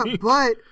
but-